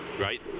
right